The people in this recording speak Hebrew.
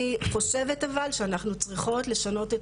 אני חושבת אבל שאנחנו צריכות לשנות את